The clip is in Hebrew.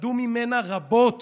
למדו ממנה רבות